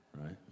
right